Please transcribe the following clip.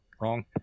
wrong